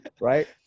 Right